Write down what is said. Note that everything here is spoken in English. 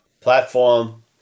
platform